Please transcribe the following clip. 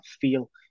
feel